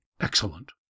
Excellent